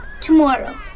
Tomorrow